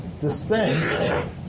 distinct